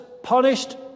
punished